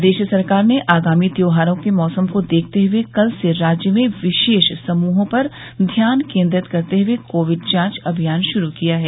प्रदेश सरकार ने आगामी त्योहारों के मौसम को देखते हुए कल से राज्य में विशेष समूहों पर ध्यान केन्द्रित करते हुए कोविड जांच अभियान शुरू किया है